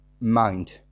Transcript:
mind